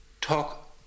talk